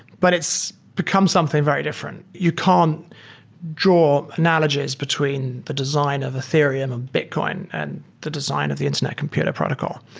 but it's become something very different. you can draw analogies between the design of ethereum and bitcoin and the design of the internet computer protocol.